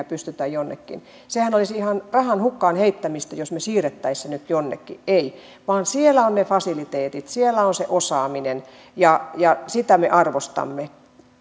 pystytä jonnekin siirtämään sehän olisi ihan rahan hukkaan heittämistä jos me siirtäisimme sen nyt jonnekin ei vaan siellä on ne fasiliteetit siellä on se osaaminen ja ja sitä me arvostamme